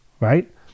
Right